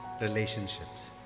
Relationships